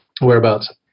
Whereabouts